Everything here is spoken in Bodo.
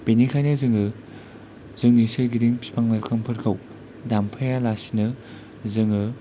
बेनिखायनो जोङो जोंनि सोरगिदिं बिफां लाइफांफोरखौ दानफायालासिनो जोङो